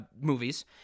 movies